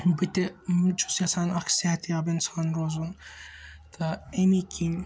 بہٕ تہِ چھُس یژھان اَکھ صِحت یاب اِنسان روزُن تہٕ امے کِنۍ